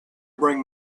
bring